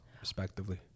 respectively